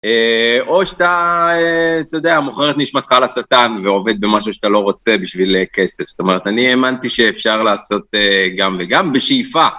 או שאתה, אתה יודע, מוכר את נשמתך לשטן ועובד במשהו שאתה לא רוצה בשביל כסף. זאת אומרת, אני האמנתי שאפשר לעשות גם וגם בשאיפה.